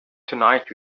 tonight